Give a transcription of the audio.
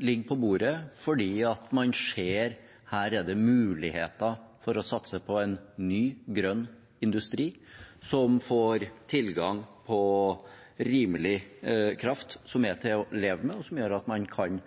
ligger på bordet fordi man ser at det her er muligheter for å satse på en ny, grønn industri som får tilgang på rimelig kraft som er til å leve med, og som gjør at man kan